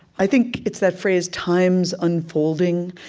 i think it's that phrase, time's unfolding,